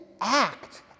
act